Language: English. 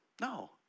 No